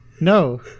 No